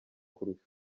kurusha